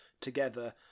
together